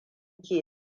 ke